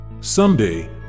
Someday